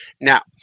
Now